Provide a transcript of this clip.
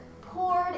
poured